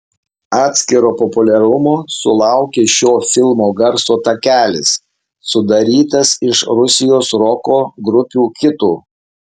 atskiro populiarumo sulaukė šio filmo garso takelis sudarytas iš rusijos roko grupių hitų